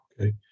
Okay